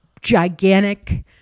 gigantic